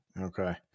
Okay